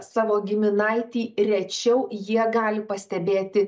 savo giminaitį rečiau jie gali pastebėti